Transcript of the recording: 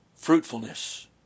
Fruitfulness